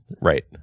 Right